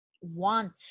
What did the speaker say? want